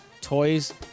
toys